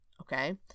Okay